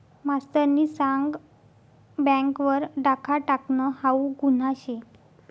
मास्तरनी सांग बँक वर डाखा टाकनं हाऊ गुन्हा शे